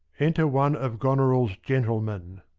enter one of goneril's gentlemen.